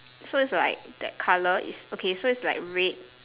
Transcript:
so it's like that colour it's okay so it's like red